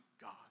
God